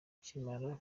akimara